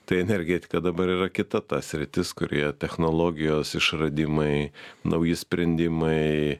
tai energetika dabar yra kita ta sritis kurioje technologijos išradimai nauji sprendimai